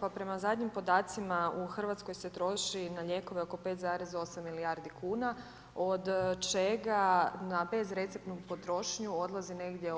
Pa prema zadnjim podacima u Hrvatskoj se troši na lijekove oko 5,8 milijardi kuna od čega na bezreceptnu potrošnju odlazi negdje